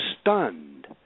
stunned